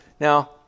Now